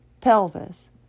pelvis